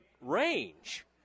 range